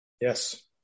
Yes